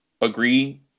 agree